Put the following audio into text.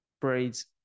breeds